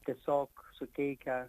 tiesiog suteikia